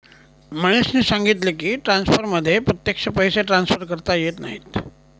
महेशने सांगितले की, ट्रान्सफरमध्ये प्रत्यक्ष पैसे ट्रान्सफर करता येत नाहीत